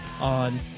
on